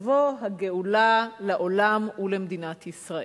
תבוא הגאולה לעולם ולמדינת ישראל.